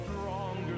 stronger